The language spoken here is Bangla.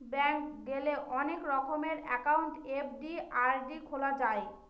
ব্যাঙ্ক গেলে অনেক রকমের একাউন্ট এফ.ডি, আর.ডি খোলা যায়